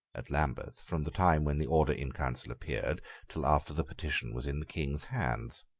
at lambeth from the time when the order in council appeared till after the petition was in the king's hands.